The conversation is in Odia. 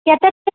କେତେ